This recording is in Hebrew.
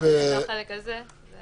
הדיונים כאשר האסיר משתתף מרחוק.